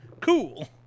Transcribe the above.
Cool